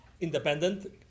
independent